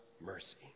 mercy